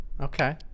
Okay